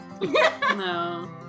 No